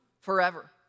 forever